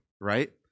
right